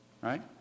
Right